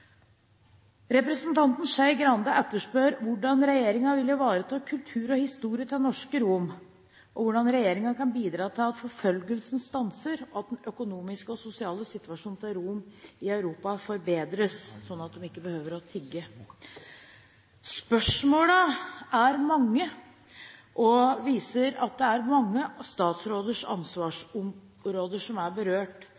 Representanten Skei Grande etterspør hvordan regjeringen vil ivareta kultur og historie til norske romer, og hvordan regjeringen kan bidra til at forfølgelsen stanser, og til at den økonomiske og sosiale situasjonen til romene i Europa forbedres, sånn at de ikke behøver å tigge. Spørsmålene er mange og viser at det er mange statsråders